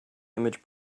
image